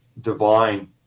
divine